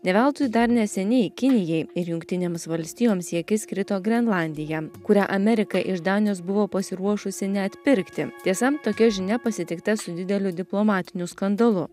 ne veltui dar neseniai kinijai ir jungtinėms valstijoms į akis krito grenlandija kurią amerika iš danijos buvo pasiruošusi net pirkti tiesa tokia žinia pasitikta su dideliu diplomatiniu skandalu